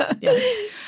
Yes